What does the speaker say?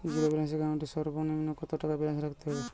Zero balance account এর সর্বনিম্ন কত টাকা ব্যালেন্স রাখতে হবে?